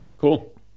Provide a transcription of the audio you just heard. Cool